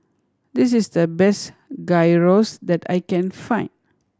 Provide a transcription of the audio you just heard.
this is the best Gyros that I can find